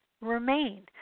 remain